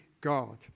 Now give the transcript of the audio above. God